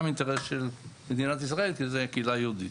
אינטרס של מדינת ישראל כי זה קהילה יהודית.